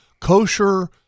kosher